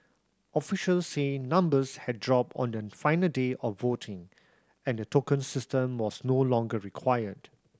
officials said numbers had dropped on the final day of voting and the token system was no longer required